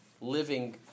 living